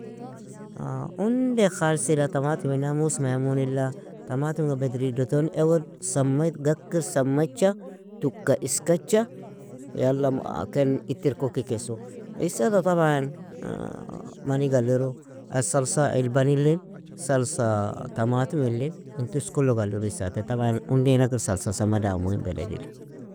Unde khalsila tamatiminan musmaimunila tamatimga bedrido ton awir samir, gackir samacha tuka iskacha yala ken ittirk ukikesu. Issata taban manig aliru as_salsa ilbanilin, salsa tamatimilin, in tosko log aliru isata. Taban undinakir salsa sama damu in beledila.